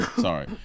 sorry